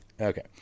Okay